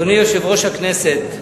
אדוני יושב-ראש הכנסת,